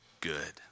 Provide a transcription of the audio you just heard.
good